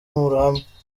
muruhame